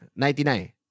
99